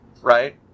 Right